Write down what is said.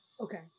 Okay